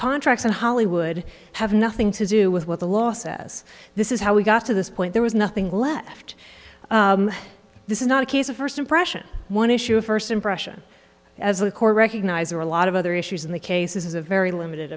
contracts in hollywood have nothing to do with what the law says this is how we got to this point there was nothing left this is not a case of first impression one issue of first impression as the court recognizer a lot of other issues in the case is a very limited